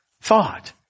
thought